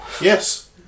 Yes